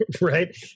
right